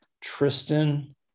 tristan